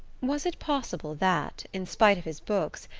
was it possible that, in spite of his books,